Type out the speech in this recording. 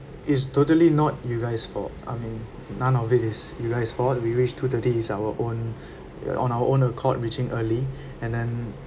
is totally not you guys' fault I mean none of it is you guys' fault we reach two thirty is our own our own accord reaching early and then